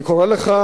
אני קורא לך,